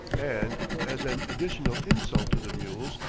and, as an additional insult to the mules,